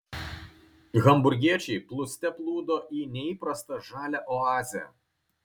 hamburgiečiai plūste plūdo į neįprastą žalią oazę